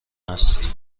است